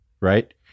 right